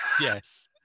Yes